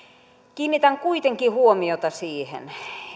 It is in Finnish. kiinnitän kuitenkin huomiota siihen